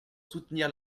soutenir